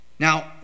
Now